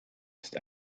ist